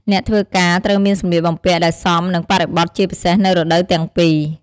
អ្នកធ្វើការត្រូវមានសម្លៀកបំពាក់ដែលសមនឹងបរិបទជាពិសេសនៅរដូវទាំងពីរ។